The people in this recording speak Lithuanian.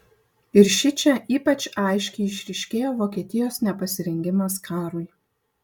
ir šičia ypač aiškiai išryškėjo vokietijos nepasirengimas karui